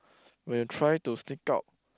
when you try to sneak out